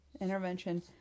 intervention